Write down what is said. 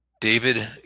David